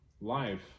life